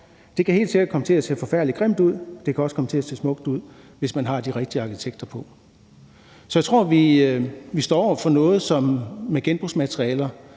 Det kan også komme til at se smukt ud, hvis man har de rigtige arkitekter på. Jeg tror, at vi står over for noget med genbrugsmaterialer,